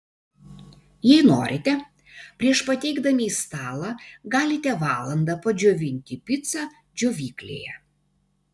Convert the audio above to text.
jei norite prieš pateikdami į stalą galite valandą padžiovinti picą džiovyklėje